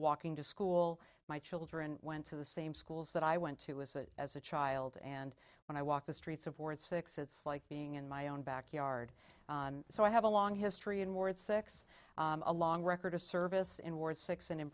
walking to school my children went to the same schools that i went to was as a child and when i walked the streets of war at six it's like being in my own backyard so i have a long history in ward six a long record of service in wars six and in